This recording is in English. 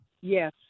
Yes